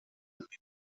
mit